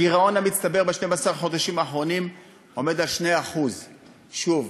הגירעון המצטבר ב-12 החודשים האחרונים עומד על 2%. שוב,